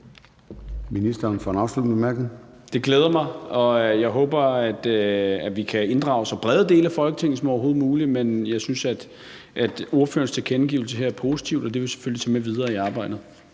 Det glæder mig, og jeg håber, at vi kan inddrage så brede dele af Folketinget som overhovedet muligt. Men jeg synes, at ordførerens tilkendegivelse her er positiv, og det vil jeg selvfølgelig tage med videre i arbejdet.